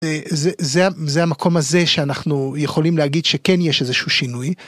זה זה המקום הזה שאנחנו יכולים להגיד שכן יש איזשהו שינוי.